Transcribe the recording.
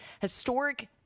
historic